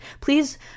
Please